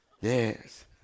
Yes